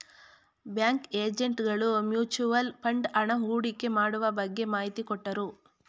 bank agent ಗಳು mutual fund ಹಣ ಹೂಡಿಕೆ ಮಾಡುವ ಬಗ್ಗೆ ಮಾಹಿತಿ ಕೊಟ್ಟರು